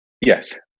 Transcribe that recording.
Yes